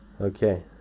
okay